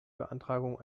beantragung